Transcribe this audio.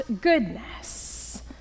goodness